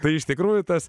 tai iš tikrųjų tas